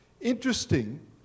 interesting